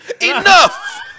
Enough